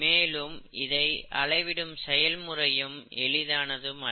மேலும் இதை அளவிடும் செயல்முறையும் எளிதானதும் அல்ல